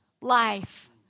life